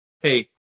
hey